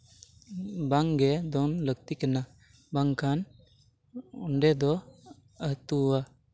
ᱵᱟᱝ ᱜᱮ ᱫᱚᱱ ᱞᱟᱹᱠᱛᱤ ᱠᱟᱱᱟ ᱵᱟᱝᱠᱷᱟᱱ ᱚᱸᱰᱮ ᱫᱚ ᱟᱹᱛᱩᱣᱟ